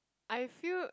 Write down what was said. I feel